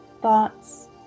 thoughts